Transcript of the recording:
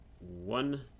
one